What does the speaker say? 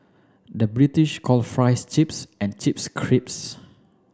the British call fries chips and chips crisps